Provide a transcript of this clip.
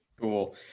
Cool